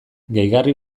gehigarri